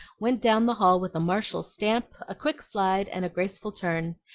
went down the hall with a martial stamp, a quick slide, and a graceful turn,